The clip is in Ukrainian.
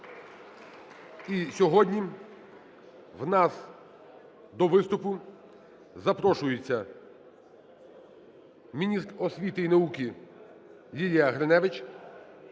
І сьогодні у нас до виступу запрошується міністр освіти і науки Лілія Гриневич.